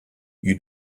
you